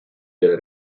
del